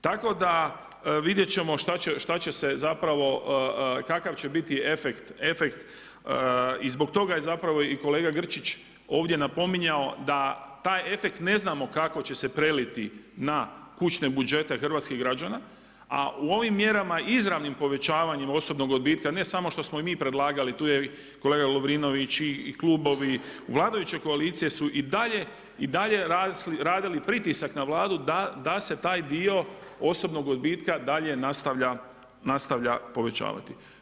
Tako da vidjet ćemo šta će se zapravo, kakav će biti efekt, efekt i zbog toga je zapravo i kolega Grčić ovdje napominjao da taj efekt ne znamo kako će se preliti na kućne budžete hrvatskih građana, a u ovim mjerama, izravnim povećavanjem osobnog odbitka, ne samo što smo i mi predlagali, tu je kolega Lovrinović i Klubovi, vladajuće koalicije su i dalje radili pritisak na Vladu da se taj dio osobnog odbitka dalje nastavlja povećavati.